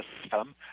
system